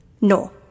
No